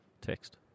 Text